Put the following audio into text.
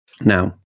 Now